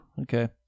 okay